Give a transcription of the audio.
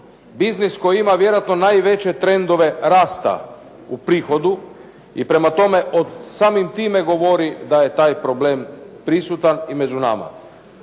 biznis koji ima vjerojatno najveće trendove rasta u prihodu. I prema tome, samim time govori da je taj problem prisutan i među nama.